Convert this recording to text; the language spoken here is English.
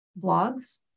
blogs